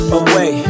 away